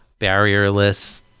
barrierless